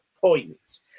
points